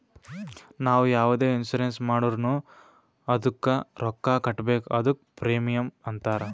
ನಾವು ಯಾವುದೆ ಇನ್ಸೂರೆನ್ಸ್ ಮಾಡುರ್ನು ಅದ್ದುಕ ರೊಕ್ಕಾ ಕಟ್ಬೇಕ್ ಅದ್ದುಕ ಪ್ರೀಮಿಯಂ ಅಂತಾರ್